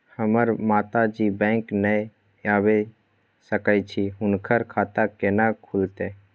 हमर माता जी बैंक नय ऐब सकै छै हुनकर खाता केना खूलतै?